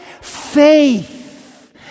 faith